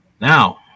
Now